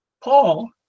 Paul